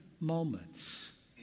moments